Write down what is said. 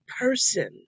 person